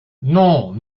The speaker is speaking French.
non